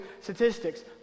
statistics